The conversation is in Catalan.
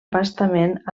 bastament